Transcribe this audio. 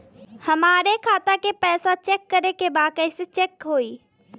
हमरे खाता के पैसा चेक करें बा कैसे चेक होई?